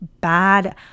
bad